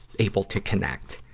able to connect.